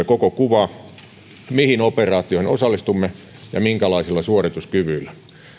koko kuvaa sitä mihin operaatioihin osallistumme ja minkälaisilla suorituskyvyillä